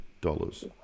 dollars